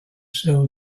cell